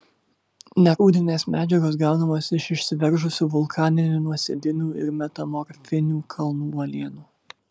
nerūdinės medžiagos gaunamos iš išsiveržusių vulkaninių nuosėdinių ir metamorfinių kalnų uolienų